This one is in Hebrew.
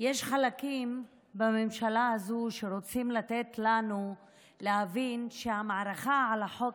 יש חלקים בממשלה הזו שרוצים לתת לנו להבין שהמערכה על החוק